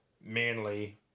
Manly